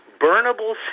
burnable